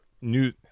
new